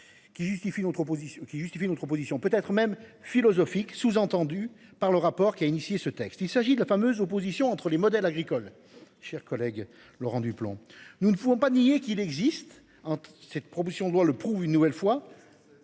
qui justifient notre opposition peut être même philosophique sous-entendu par le rapport qui a initié ce texte, il s'agit de la fameuse opposition entre les modèles agricoles chers collègue Laurent Duplomb. Nous ne pouvons pas nier qu'il existe entre cette promotion doit le prouve une nouvelle fois.